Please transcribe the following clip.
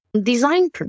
design